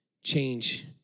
change